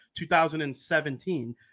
2017